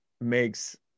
makes